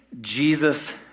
Jesus